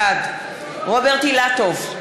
בעד רוברט אילטוב,